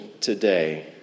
today